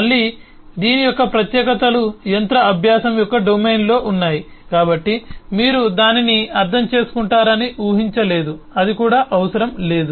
మళ్ళీ దీని యొక్క ప్రత్యేకతలు యంత్ర అభ్యాసం యొక్క డొమైన్లో ఉన్నాయి కాబట్టి మీరు దానిని అర్థం చేసుకుంటారని ఉహించలేదు అది కూడా అవసరం లేదు